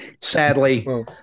sadly